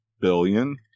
billion